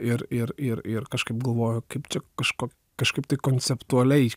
ir ir ir ir kažkaip galvoju kaip čia kažko kažkaip konceptualiai